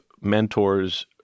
mentors